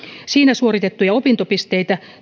ammattikorkeakoulusta suoritettuja opintopisteitä